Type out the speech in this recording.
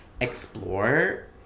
explore